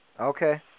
Okay